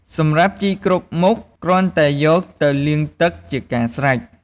សម្រាប់់ជីគ្រប់មុខ គ្រាន់តែយកទៅលាងទឹកជាការស្រេច។